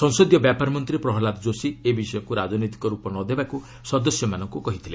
ସଂସଦୀୟ ବ୍ୟାପାର ମନ୍ତ୍ରୀ ପ୍ରହଲାଦ ଯୋଶୀ ଏ ବିଷୟକୁ ରାଜନୈତିକ ରୂପ ନ ଦେବାକୁ ସଦସ୍ୟମାନଙ୍କୁ କହିଥିଲେ